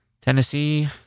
Tennessee